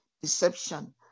Deception